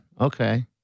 Okay